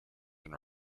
and